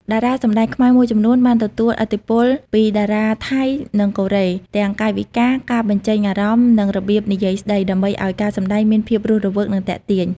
តារាសម្តែងខ្មែរមួយចំនួនបានទទួលឥទ្ធិពលពីតារាថៃ និងកូរ៉េ ទាំងកាយវិការ ការបញ្ចេញអារម្មណ៍ និងរបៀបនិយាយស្តី ដើម្បីឲ្យការសម្តែងមានភាពរស់រវើកនិងទាក់ទាញ។